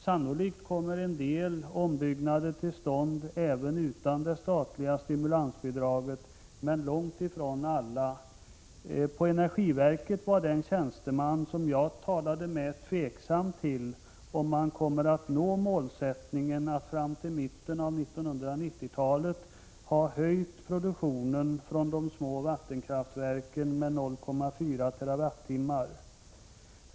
Sannolikt kommer en del ombyggnader till stånd även utan det statliga stimulansbidraget — men långt ifrån alla. På energiverket var den tjänsteman som jag talade med tveksam till om det går att nå målet att fram till mitten av 1990-talet ha höjt produktionen vid de små vattenkraftverken med 0,4 TWh.